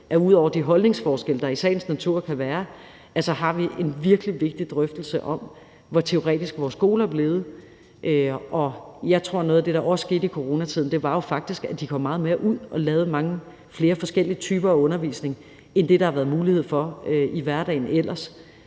vi ud over de holdningsforskelle, der i sagens natur kan være, så får en virkelig vigtig drøftelse af, hvor teoretisk vores skole er blevet. Jeg tror, at noget af det, der også skete i coronatiden, jo faktisk var, at eleverne kom meget mere ud og fik mange flere forskellige typer af undervisning end det, der har været mulighed for i hverdagen ellers.